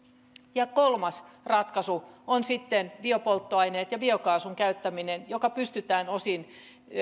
kolmas ratkaisu on sitten biopolttoaineet ja biokaasun käyttäminen joka pystytään osin